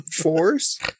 force